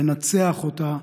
לנצח בה,